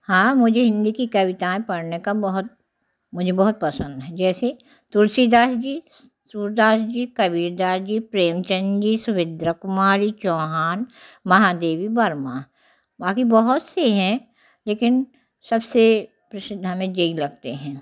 हाँ मुझे हिंदी की कविताएँ पढ़ने का बहुत मुझे बहुत पसंद है जैसे तुलसीदास जी सूरदास जी कबीरदास जी प्रेमचंद जी सुमिद्रा कुमारी चौहान महादेवी वर्मा बाकी बहुत से हैं लेकिन सबसे पसंदीदा हमें जे ही लगते हैं